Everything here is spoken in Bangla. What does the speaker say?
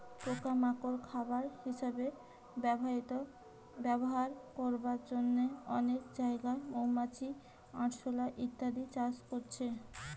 পোকা মাকড় খাবার হিসাবে ব্যবহার করবার জন্যে অনেক জাগায় মৌমাছি, আরশোলা ইত্যাদি চাষ করছে